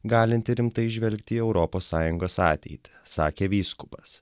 galinti rimtai įžvelgti į europos sąjungos ateitį sakė vyskupas